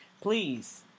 Please